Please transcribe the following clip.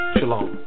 Shalom